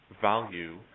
value